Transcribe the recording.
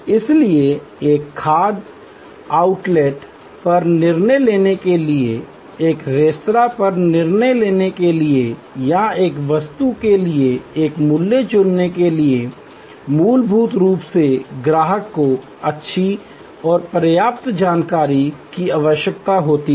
इसलिए एक खाद्य आउटलेट पर निर्णय लेने के लिए एक रेस्तरां पर निर्णय लेने के लिए या एक वस्तु के लिए एक मूल्य चुनने के लिए मूलभूत रूप से ग्राहक को अच्छी और पर्याप्त पर्याप्त जानकारी की आवश्यकता होती है